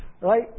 Right